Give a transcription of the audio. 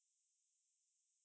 那个 fried rice